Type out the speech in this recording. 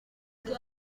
que